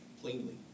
plainly